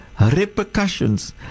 repercussions